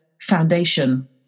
foundation